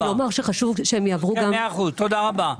תודה רבה.